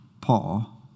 Paul